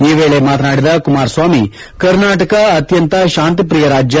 ಈ ವೇಳೆ ಮಾತನಾದಿದ ಕುಮಾರಸ್ವಾಮಿ ಕರ್ನಾಟಕ ಅತ್ಯಂತ ಶಾಂತಿಪ್ರಿಯ ರಾಜ್ಯ